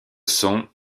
sont